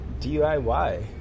DIY